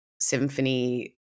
symphony